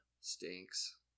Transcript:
Stinks